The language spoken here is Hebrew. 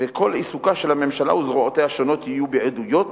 וכל עיסוקן של הממשלה וזרועותיה השונות יהיו בעדויות,